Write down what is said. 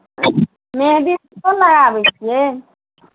मेहदी सेहो लगाबै छियै